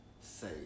say